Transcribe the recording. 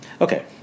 Okay